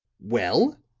well,